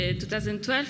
2012